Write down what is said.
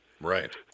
Right